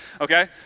Okay